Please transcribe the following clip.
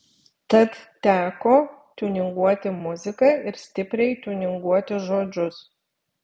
tad teko tiuninguoti muziką ir stipriai tiuninguoti žodžius